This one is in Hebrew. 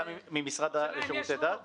אתה מן המשרד לשירותי דת?